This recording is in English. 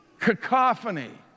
cacophony